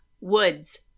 Woods